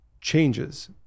changes